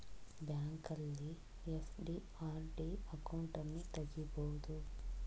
ಬ್ಯಾಂಕಲ್ಲಿ FD, RD ಅಕೌಂಟನ್ನು ತಗಿಬೋದು